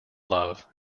love